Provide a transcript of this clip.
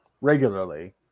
regularly